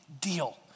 deal